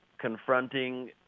confronting